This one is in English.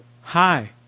hi